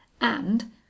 and